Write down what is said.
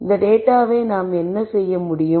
இந்தத் டேட்டாவை நாம் என்ன செய்ய முடியும்